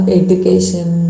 education